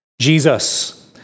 Jesus